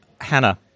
Hannah